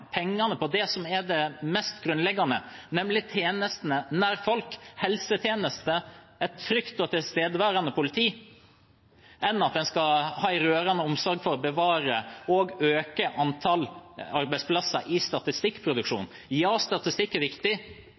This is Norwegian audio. det mest grunnleggende, nemlig tjenestene nær folk – helsetjenester og et trygt og tilstedeværende politi – enn at man har en rørende omsorg for å bevare og øke antall arbeidsplasser i statistikkproduksjon. Ja, statistikk er viktig,